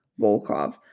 Volkov